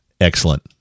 Excellent